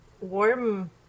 warm